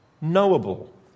knowable